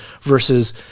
versus